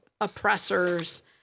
oppressors